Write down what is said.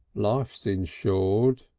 life's insured,